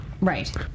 right